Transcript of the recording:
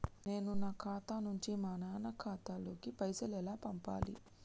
నేను నా ఖాతా నుంచి మా నాన్న ఖాతా లోకి పైసలు ఎలా పంపాలి?